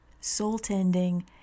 soul-tending